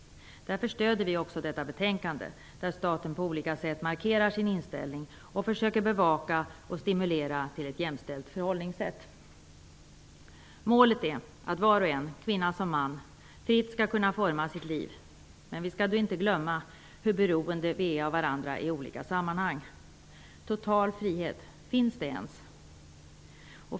Därför stöder vi också detta betänkande, där staten på olika sätt markerar sin inställning och försöker bevaka och stimulera till ett jämställt förhållningssätt. Målet är att var och en, kvinna som man, fritt skall kunna forma sitt liv. Men vi skall inte glömma hur beroende vi är av varandra i olika sammanhang. Total frihet -- finns det?